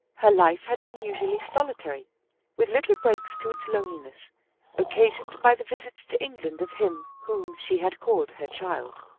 her life had been usually solitary with little breaks to its loneliness occasioned by the visits to england of him whom she had called her child.